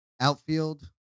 Outfield